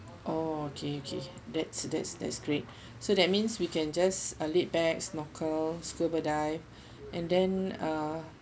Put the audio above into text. oh okay okay that's that's that's great so that means we can just uh laidback snorkel scuba dive and then uh